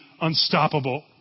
unstoppable